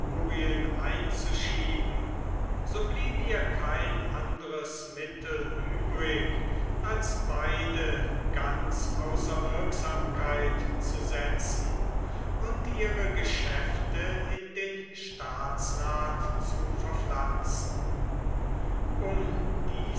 einzuschieben so blieb ihr kein andres mittel übrig als beide ganz außer wirksamkeit zu setzen und ihre geschäfte in den staatsrath zu verpflanzen um diesen